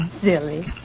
Silly